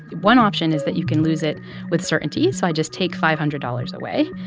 one option is that you can lose it with certainty, so i just take five hundred dollars away.